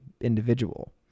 individual